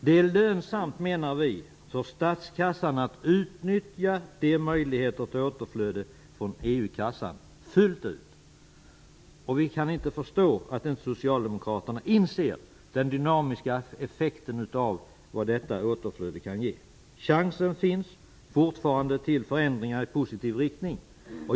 Vi menar att det är lönsamt för statskassan att fullt ut utnyttja de möjligheter till återflöde från EU-kassan som finns. Vi kan inte förstå att inte Socialdemokraterna inser den dynamiska effekten som detta återflöde kan ge. Chansen finns fortfarande till förändringar i positiv riktning.